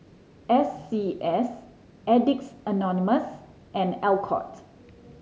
S C S Addicts Anonymous and Alcott